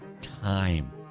time